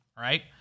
right